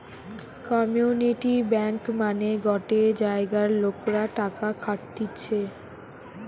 community bank মানে গটে জায়গার লোকরা টাকা খাটতিছে